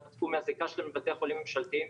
ביחד עם חוק ביטוח בריאות ממלכתי,